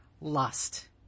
lust